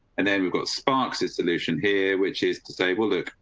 and then we've got sparks is solution here, which is to say well look,